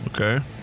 Okay